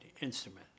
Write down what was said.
instrument